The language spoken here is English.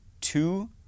Two